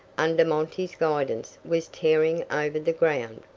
under monty's guidance, was tearing over the ground.